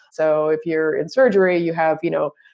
so if you're in surgery you have, you know,